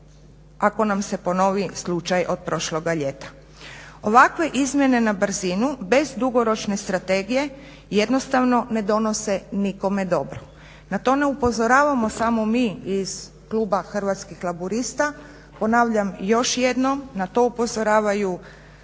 ako nam se ponovi slučaj od prošloga ljeta. Ovakve izmjene na brzinu bez dugoročne strategije jednostavno ne donose nikome dobro. Na to ne upozoravamo samo mi iz kluba Hrvatskih laburista, ponavljam još jednom, na to upozoravaju svi